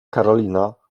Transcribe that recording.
karolina